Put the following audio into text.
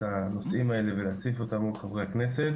הנושאים האלה ולהציף אותם מול חברי הכנסת.